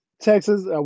Texas